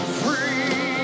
free